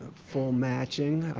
full matching,